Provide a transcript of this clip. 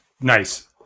Nice